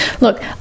Look